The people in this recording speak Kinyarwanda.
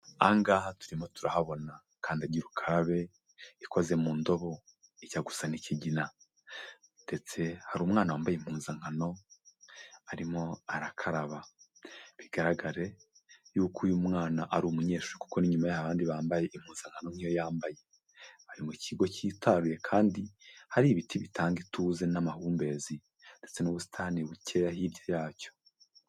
Ahangaha turimo turahabona; kandagira ukarabe ikoze mu ndobo ijya gusa ni ikigina ndetse hari umwana wambaye impuzankano arimo arakaraba bigaragare yuko uyu mwana ari umunyeshuri kuko nyuma yahahandi bambaye impuzankano niyo yambaye, ari mu kigo cyitaruye kandi hari ibiti bitanga ituze n'amahumbezi ndetse n'ubusitani bukeya hirya yacyo.